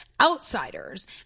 outsiders